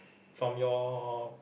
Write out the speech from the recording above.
from your